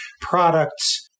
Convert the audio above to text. products